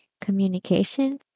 communication